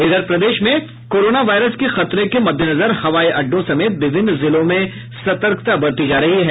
इधर प्रदेश में कोरोना वायरस के खतरे के मद्देनजर हवाई अड्डों समेत विभिन्न जिलों में सतर्कता बरती जा रही है